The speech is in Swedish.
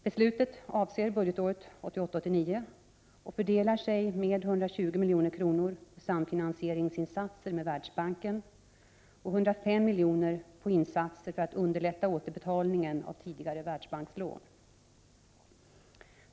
Beslutet avser budgetåret 1988/89 och fördelar sig med 120 milj.kr. på samfinansieringsinsatser med Världsbanken och 105 milj.kr. på insatser för att underlätta återbetalningen av tidigare Världsbankslån.